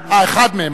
אה, אחד מהם.